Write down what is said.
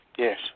Yes